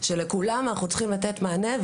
כשלכולם אנחנו צריכים לתת מענה,